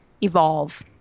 evolve